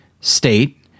state